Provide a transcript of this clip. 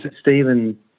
Stephen